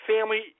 family